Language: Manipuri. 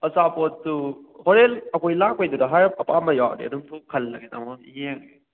ꯑꯆꯥꯄꯣꯠꯇꯨ ꯍꯣꯔꯟ ꯑꯩꯈꯣꯏ ꯂꯥꯛꯄꯩꯗꯨꯗ ꯍꯥꯏꯔꯞ ꯑꯄꯥꯝꯕ ꯌꯥꯎꯔꯗꯤ ꯑꯗꯨꯝ ꯊꯣꯛ ꯈꯜꯂꯒꯦ ꯇꯥꯃꯣ ꯌꯦꯡꯉꯒꯦ